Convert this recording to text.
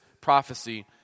prophecy